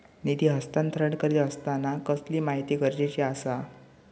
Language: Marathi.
निधी हस्तांतरण करीत आसताना कसली माहिती गरजेची आसा?